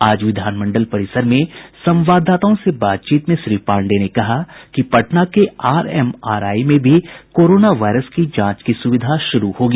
आज विधानमंडल परिसर में संवाददाताओं से बातचीत में श्री पांडेय ने कहा कि पटना के आरएमआरआई में भी कोरोना वायरस की जांच की सुविधा शुरू होगी